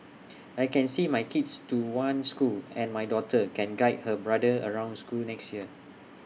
I can see my kids to one school and my daughter can guide her brother around school next year